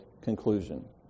conclusion